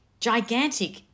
gigantic